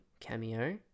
cameo